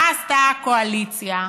מה עשתה הקואליציה,